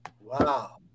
Wow